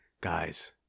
guys